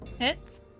hits